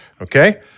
Okay